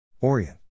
Orient